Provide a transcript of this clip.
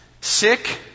Sick